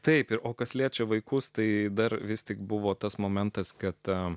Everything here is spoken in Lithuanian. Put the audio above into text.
taip ir o kas liečia vaikus tai dar vis tik buvo tas momentas kad ta